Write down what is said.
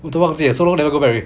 我都忘记了 so long never go back already